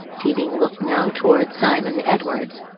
teabing looked now toward simon edwards.